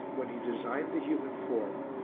when he designed the human form,